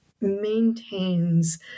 maintains